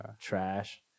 trash